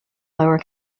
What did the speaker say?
lower